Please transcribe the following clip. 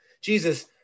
Jesus